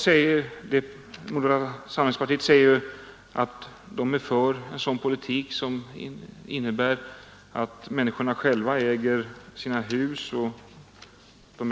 Moderata samlingspartiet säger sig vara för en sådan politik som innebär att människorna själva äger sina hus och marken.